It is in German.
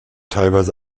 teilweise